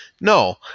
No